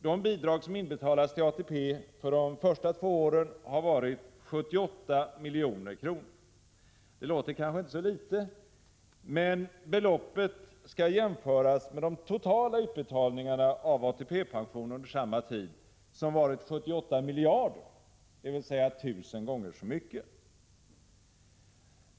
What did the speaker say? De bidrag som inbetalats till ATP för de första två åren har varit 78 milj.kr. Det låter kanske inte så litet, men beloppet skall jämföras med de totala utbetalningarna av ATP-pension under samma tid, som varit 78 miljarder, alltså tusen gånger så mycket.